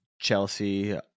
Chelsea